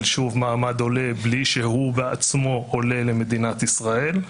מעמד עולה בלי שהוא בעצמו עולה למדינת ישראל,